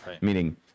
Meaning